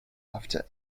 after